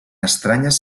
estranyes